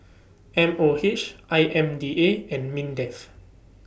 M O H I M D A and Mindef